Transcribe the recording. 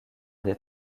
des